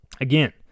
Again